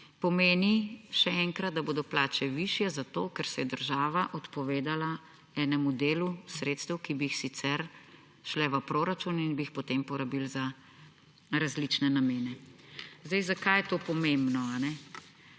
pomeni, še enkrat, da bodo plače višje, zato ker se je država odpovedala enemu delu sredstev, ki bi sicer šla v proračun in bi jih potem porabili za različne namene. Zakaj je to pomembno?